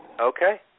Okay